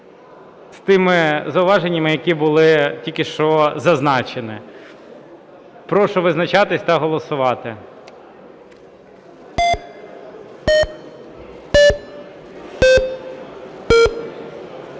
з тими зауваженням, які були тільки що зазначені. Прошу визначатись та голосувати.